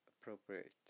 appropriate